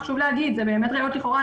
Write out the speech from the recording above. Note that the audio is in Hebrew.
חשוב לומר שאלה באמת ראיות לכאורה.